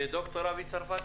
דוקטור אבי צרפתי,